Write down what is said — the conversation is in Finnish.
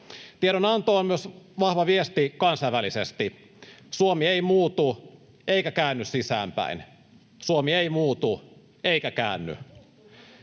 Tiedonanto on vahva viesti myös kansainvälisesti: Suomi ei muutu eikä käänny sisäänpäin — Suomi ei muutu eikä käänny.